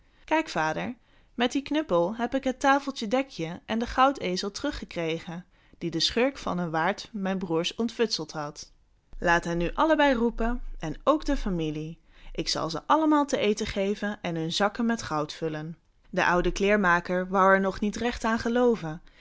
kijk vader met dien knuppel heb ik het tafeltje dek je en den goudezel terug gekregen die die schurk van een waard mijn broers ontfutseld had laat hen nu allebei roepen en ook al de familie ik zal ze allemaal te eten geven en hun zakken met goud vullen de oude kleermaker wou er nog niet recht aan gelooven